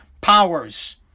powers